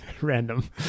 Random